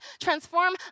transform